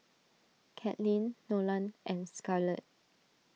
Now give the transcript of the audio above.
Katlin Nolan and Scarlet